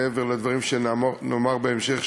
מעבר לדברים שנאמר בהמשך,